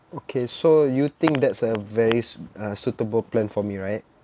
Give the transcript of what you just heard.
okay so you think that's a very uh suitable plan for me right